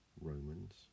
romans